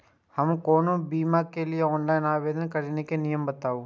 हम कोनो बीमा के लिए ऑनलाइन आवेदन करीके नियम बाताबू?